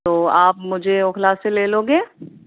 تو آپ مجھے اوکھلا سے لے لو گے